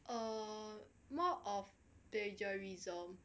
err more of plagiarism